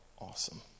awesome